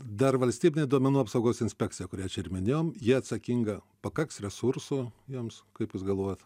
dar valstybinė duomenų apsaugos inspekcija kurią čia ir minėjom ji atsakinga pakaks resursų jiems kaip jūs galvojat